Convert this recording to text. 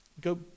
Go